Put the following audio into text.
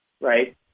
right